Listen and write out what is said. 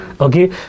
Okay